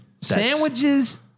Sandwiches